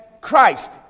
Christ